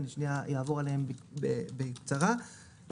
אעבור עליהם בקצרה,